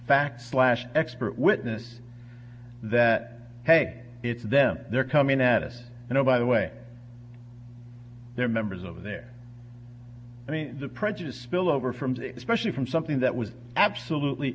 fact slash expert witness that hey it's them they're coming at us and oh by the way they're members over there i mean the prejudice spillover from especially from something that was absolutely